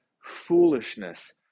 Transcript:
foolishness